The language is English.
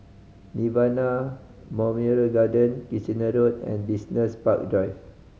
Nirvana Memorial Garden Kitchener Road and Business Park Drive